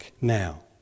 now